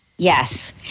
Yes